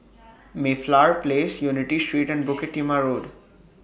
Mayflower Place Unity Street and Bukit Timah Road